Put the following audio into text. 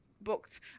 booked